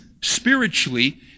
spiritually